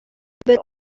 бер